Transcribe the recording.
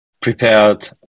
prepared